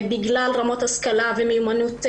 בגלל רמות השכלה ומיומנות נמוכה,